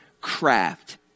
craft